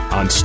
on